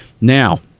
Now